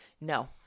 No